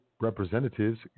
Representatives